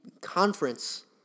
conference